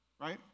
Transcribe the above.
right